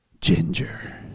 ginger